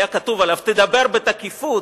היה כתוב עליו: תדבר בתקיפות,